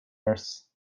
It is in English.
nurse